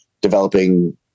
developing